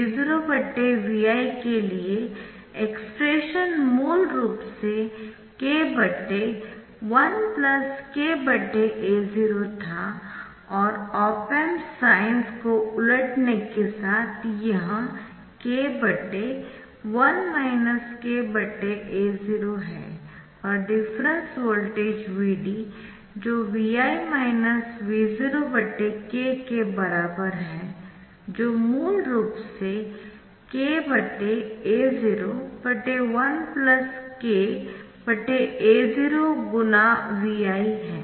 VoVi के लिए expression मूल रूप से k1kAo था और ऑप एम्प साइन्स को उलटने के साथ यह k1 kAo है और डिफरेन्स वोल्टेज Vd जो Vi Vo k के बराबर है जो मूल रूप से k Ao1k Ao×Vi है